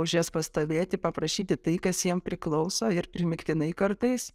už jas pastovėti paprašyti tai kas jiem priklauso ir primygtinai kartais